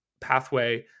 pathway